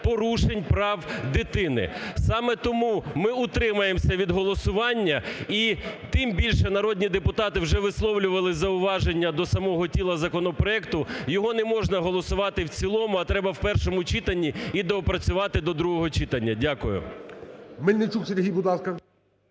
порушень прав дитини. Саме тому ми утримаємося від голосування, і тим більше народні депутати вже висловлювали зауваження до самого тіла законопроекту, його не можна голосувати в цілому, а треба в першому читанні і доопрацювати до другого читання. Дякую.